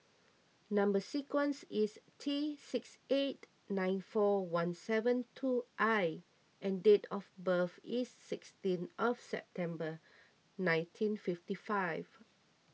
Number Sequence is T six eight nine four one seven two I and date of birth is sixteen of September nineteen fifty five